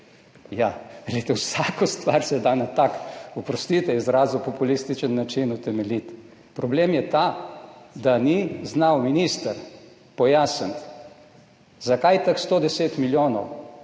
ja, glejte, vsako stvar se da na tak, oprostite izrazu, populističen način utemeljiti. Problem je ta, da minister ni znal pojasniti, za kaj teh 110 milijonov.